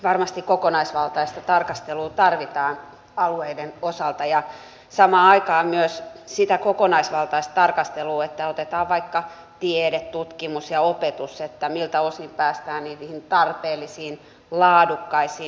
varmasti kokonaisvaltaista tarkastelua tarvitaan alueiden osalta ja samaan aikaan myös sitä kokonaisvaltaista tarkastelua otetaan vaikka tiede tutkimus ja opetus miltä osin päästään niihin tarpeellisiin laadukkaisiin lopputuloksiin